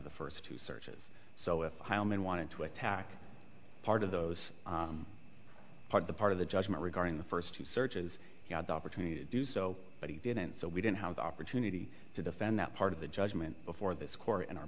the first two searches so if heilman wanted to attack part of those part the part of the judgment regarding the first two searches he had the opportunity to do so but he didn't so we didn't have the opportunity to defend that part of the judgment before this court and our